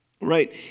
Right